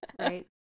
right